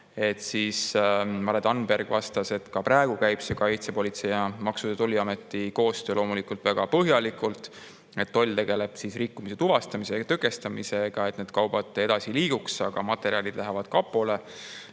põhjus. Mare Tannberg vastas, et ka praegu käib kaitsepolitsei ja Maksu- ja Tolliameti koostöö loomulikult väga põhjalikult. Toll tegeleb rikkumise tuvastamise ja tõkestamisega, et need kaubad edasi ei liiguks, aga materjalid lähevad kapole.